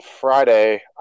Friday